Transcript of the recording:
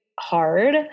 hard